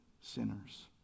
sinners